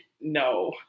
no